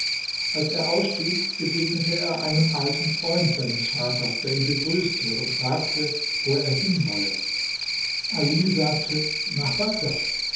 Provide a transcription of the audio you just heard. als er ausstieg begegnete er einem alten freund seines vaters der ihn begrüßte und fragte wo er hin wolle ali sagte nach bagdad